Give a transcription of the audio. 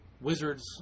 wizards